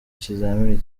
ikizamini